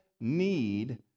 need